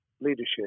leadership